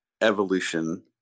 evolution